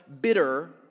bitter